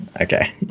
okay